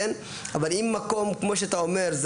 אבל אם מקום כמו שאתה אומר,